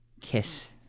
kiss